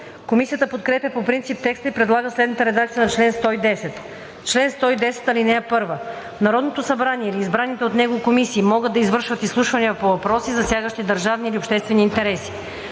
Комисията подкрепя по принцип текста и предлага следната редакция на чл. 110: „Чл. 110. (1) Народното събрание или избраните от него комисии могат да извършват изслушвания по въпроси, засягащи държавни или обществени интереси.